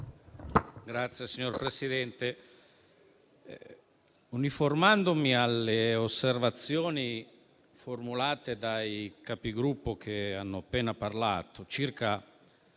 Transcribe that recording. Signor Presidente, uniformandomi alle osservazioni formulate dai Capigruppo che hanno appena parlato, circa